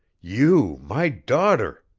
you my daughter!